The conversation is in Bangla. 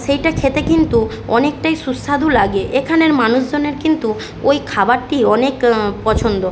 সেইটা খেতে কিন্তু অনেকটাই সুস্বাদু লাগে এখানের মানুষজনের কিন্তু ওই খাবারটি অনেক পছন্দ